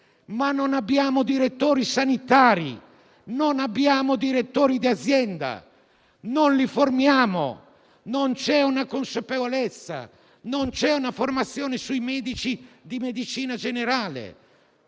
ma non abbiamo direttori sanitari, non abbiamo direttori d'azienda, non li forniamo, non c'è una consapevolezza, non c'è una formazione sui medici di medicina generale.